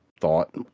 thought